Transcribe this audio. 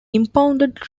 impounded